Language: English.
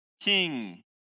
king